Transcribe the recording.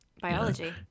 Biology